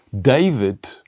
David